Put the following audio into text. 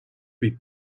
lui